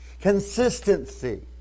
Consistency